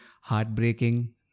heartbreaking